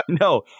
No